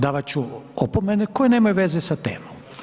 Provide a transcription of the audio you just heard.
Davat ću opomene [[Upadica: Kakve?]] koje nemaju veze sa temom.